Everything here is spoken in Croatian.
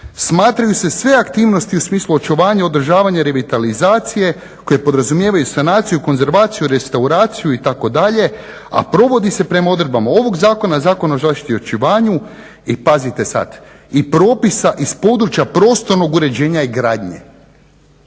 smatraju se sve aktivnosti u smislu očuvanja, održavanja i revitalizacije koje podrazumijevaju sanaciju, konzervaciju, restauraciju itd., a provodi se prema odredbama ovog Zakona, Zakona o zaštiti i očuvanju i pazite sad i propisa iz područja prostornog uređenja i gradnje